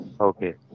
okay